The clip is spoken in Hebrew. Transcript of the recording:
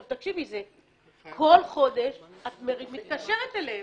כל חודש אני מתקשרת אליהם.